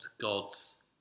God's